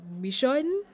mission